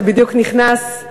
שבדיוק נכנס,